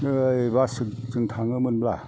ऐ बास जों जों थाङोमोनबा